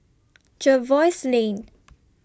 Jervois Lane